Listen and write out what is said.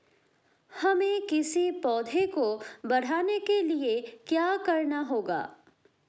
हमें किसी पौधे को बढ़ाने के लिये क्या करना होगा?